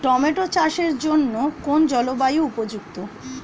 Tomato চাষের জন্য কোন জলবায়ু উপযুক্ত?